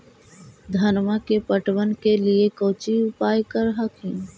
धनमा के पटबन के लिये कौची उपाय कर हखिन?